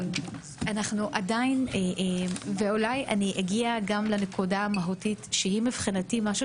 אני אגיע לנקודה המהותית שהיא מבחינתי משהו